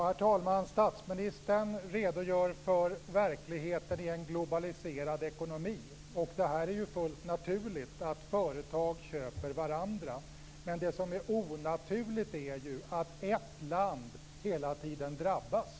Herr talman! Statsministern redogör för verkligheten i en globaliserad ekonomi, och det är fullt naturligt att företag köper varandra. Det som är onaturligt är dock att ett land hela tiden drabbas.